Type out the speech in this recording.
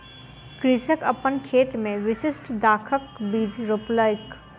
कृषक अपन खेत मे विशिष्ठ दाखक बीज रोपलक